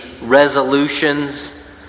resolutions